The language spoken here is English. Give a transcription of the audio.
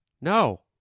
No